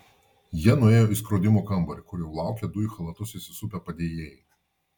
jie nuėjo į skrodimų kambarį kur jau laukė du į chalatus įsisupę padėjėjai